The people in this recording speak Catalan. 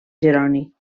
jeroni